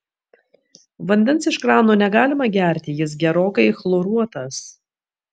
vandens iš krano negalima gerti jis gerokai chloruotas